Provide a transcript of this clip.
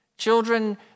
Children